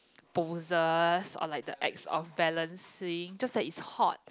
poses or like the acts of balancing just that is hot